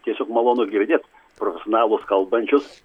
tiesiog malonu girdėt profesionalus kalbančius